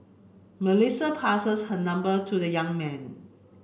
Melissa passes her number to the young man